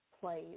plays